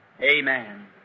Amen